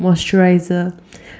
moisturizer